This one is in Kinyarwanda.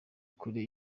kure